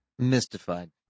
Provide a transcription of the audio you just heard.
Mystified